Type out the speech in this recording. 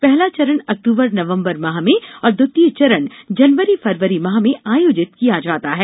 पहला चरण अक्टबर नवम्बर माह में और द्वितीय चरण जनवरी फरवरी माह में आयोजित किया जाता है